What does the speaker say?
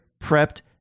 prepped